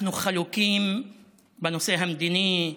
אנחנו חלוקים בנושא המדיני,